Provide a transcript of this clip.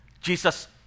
Jesus